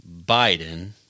Biden